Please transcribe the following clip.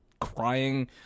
crying